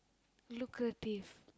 lucrative